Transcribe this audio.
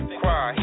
cry